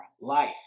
life